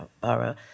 borough